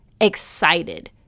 excited